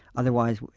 otherwise,